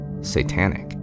satanic